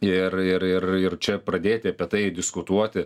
ir ir ir ir čia pradėti apie tai diskutuoti